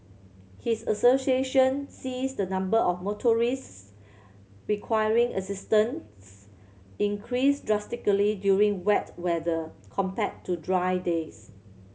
his association sees the number of motorists requiring assistance increase drastically during wet weather compared to dry days